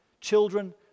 children